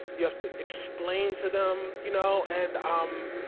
you have to explain to them. you know and um